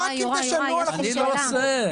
רק אם תשנו -- אני לא עושה.